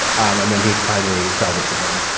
and then he finally sells it to him.